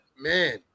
man